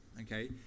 okay